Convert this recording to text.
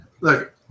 Look